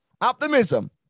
Optimism